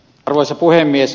arvoisa puhemies